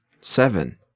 seven